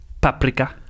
Paprika